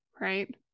right